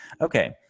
okay